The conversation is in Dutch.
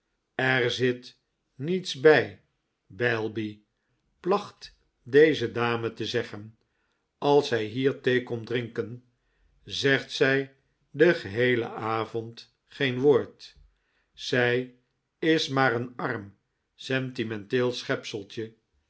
er zit niets bij beilby placht deze dame te zeggen als zij hier thee komt drinken zegt zij den geheelen avond geen woord zij is maar een arm sentimenteel